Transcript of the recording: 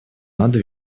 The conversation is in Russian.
надо